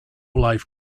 life